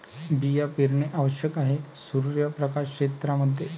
बिया पेरणे आवश्यक आहे सूर्यप्रकाश क्षेत्रां मध्ये